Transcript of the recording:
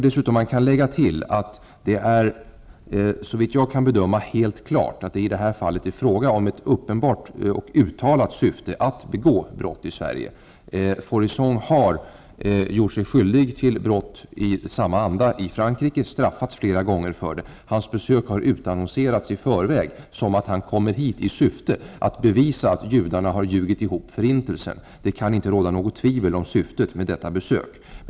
Dessutom kan man lägga till att det, såvitt jag kan bedöma, är helt klart att det i detta fall är fråga om ett uppenbart och uttalat syfte att begå brott i Sverige. Faurisson har gjort sig skyldig till brott i samma anda i Frankrike och straffats flera gånger för det. Hans besök har utannonserats i förväg som att han kommer hit i syfte att bevisa att judarna har ljugit ihop förintelsen. Det kan inte råda något tvivel om syftet med detta besök.